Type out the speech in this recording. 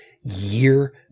year